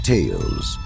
Tales